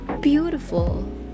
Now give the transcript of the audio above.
beautiful